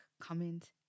comment